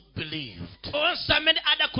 believed